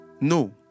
No